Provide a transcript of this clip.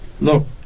look